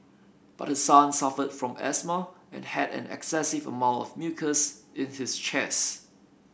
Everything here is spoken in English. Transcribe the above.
but her son suffered from asthma and had an excessive amount of mucus in his chest